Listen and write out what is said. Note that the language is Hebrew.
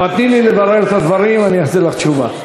אבל תני לי לברר את הדברים, אני אחזיר לך תשובה.